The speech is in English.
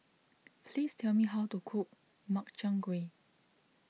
please tell me how to cook Makchang Gui